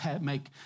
make